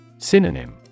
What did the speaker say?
Synonym